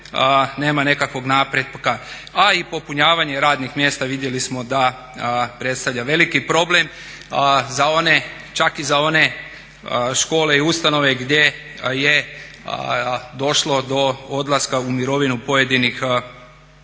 nema nekakvog napretka. A i popunjavanje radnih mjesta vidjeli smo da predstavlja veliki problem čak i za one škole i ustanove gdje je došlo do odlaska u mirovinu pojedinih radnika.